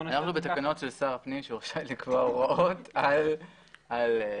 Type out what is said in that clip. אנחנו בתקנות של שר הפנים שרשאי לקבוע הוראות על רישיון,